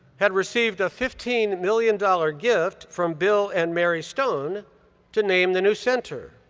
had received a fifteen million dollars gift from bill and mary stone to name the new center.